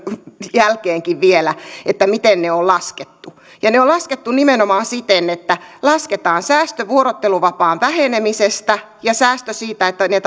jälkeenkin vielä miten ne on laskettu ja ne on laskettu nimenomaan siten että lasketaan säästö vuorotteluvapaan vähenemisestä ja säästö siitä että